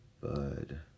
Bud